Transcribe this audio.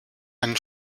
einen